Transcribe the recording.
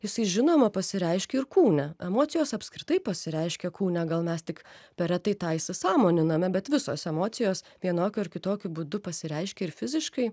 jisai žinoma pasireiškia ir kūne emocijos apskritai pasireiškia kūne gal mes tik per retai tą įsąmoniname bet visos emocijos vienokiu ar kitokiu būdu pasireiškia ir fiziškai